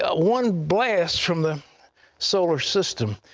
ah one blast from the solar system.